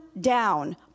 down